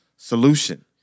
Solution